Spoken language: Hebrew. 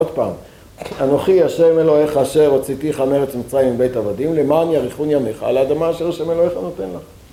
עוד פעם, אנוכי השם אלוהיך אשר הוצאתיך מארץ מצרים עם בית עבדים, למען יאריכון ימיך על האדמה אשר השם אלוהיך נותן לך.